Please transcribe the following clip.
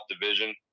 Division